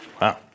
Wow